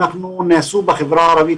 נעשו בחברה הערבית